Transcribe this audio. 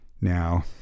Now